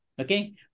Okay